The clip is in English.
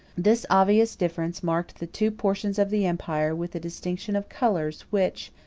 this obvious difference marked the two portions of the empire with a distinction of colors, which,